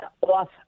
off